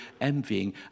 envying